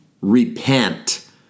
repent